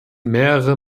mehrere